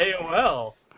AOL